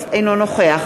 אינו נוכח